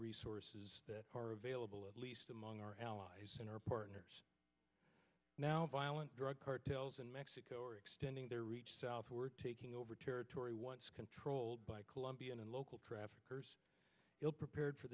resources that are available at least among our allies and our partners now violent drug cartels in mexico are extending their reach southward taking over territory once controlled by colombian and local traffickers ill prepared for